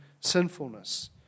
sinfulness